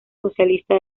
socialista